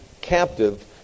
captive